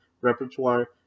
repertoire